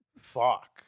fuck